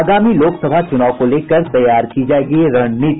आगामी लोकसभा चुनाव को लेकर तैयार की जायेगी रणनीति